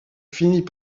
finit